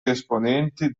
esponenti